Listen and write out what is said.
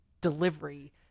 delivery